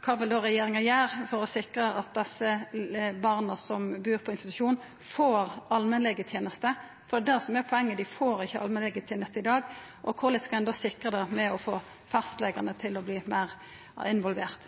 Kva vil regjeringa gjera for å sikra at dei barna som bur på institusjon, får allmennlegeteneste? Det er det som er poenget: Dei får ikkje allmennlegeteneste i dag. Og korleis skal ein da sikra det ved å få fastlegane til å verta meir involverte?